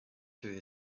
through